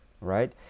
Right